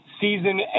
season